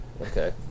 Okay